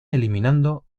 eliminando